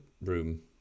room